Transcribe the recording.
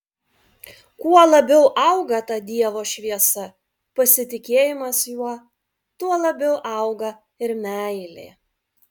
kuo labiau auga ta dievo šviesa pasitikėjimas juo tuo labiau auga ir meilė